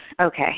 Okay